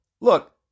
look